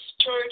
church